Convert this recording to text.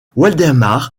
waldemar